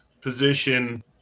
position